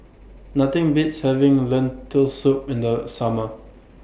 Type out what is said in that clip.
Nothing Beats having Lentil Soup in The Summer